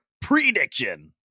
prediction